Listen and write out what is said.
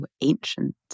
ancient